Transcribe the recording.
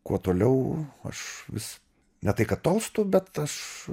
kuo toliau aš vis ne tai kad tolstu bet aš